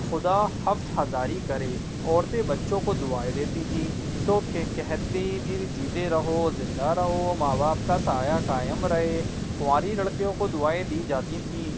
خدا ہفت ہزاری کرے عورتیں بچوں کو دعائیں دیتی تھی تو کہتی تھی جیتے رہو زندہ رہو ماں باپ کا سایہ قائم رہے کنواری لڑکیوں کو دعائیں دی جاتی تھیں